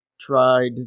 tried